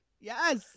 Yes